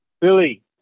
Billy